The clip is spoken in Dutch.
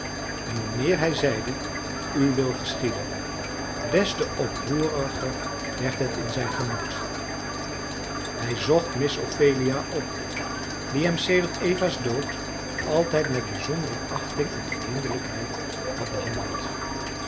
en hoe meer hij zeide uw wil geschiede des te oproeriger werd het in zijn gemoed hij zocht miss ophelia op die hem sedert eva's dood altijd met bijzondere achting en vriendelijkheid had behandeld